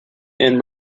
and